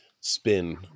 Spin